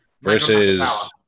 versus